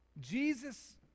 Jesus